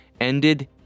ended